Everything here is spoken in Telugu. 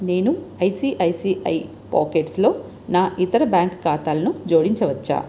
నేను ఐసిఐసిఐ పాకెట్స్లో నా ఇతర బ్యాంక్ ఖాతాలను జోడించవచ్చా